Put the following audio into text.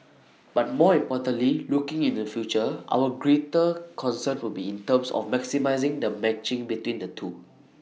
but more importantly looking in the future our greater concern will be in terms of maximising the matching between the two